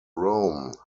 rome